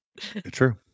True